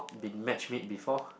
been match made before